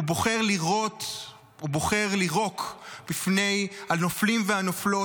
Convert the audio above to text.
הוא בוחר לירוק בפני הנופלים והנופלות,